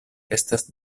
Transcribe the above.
estas